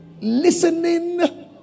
listening